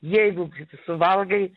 jeigu suvalgai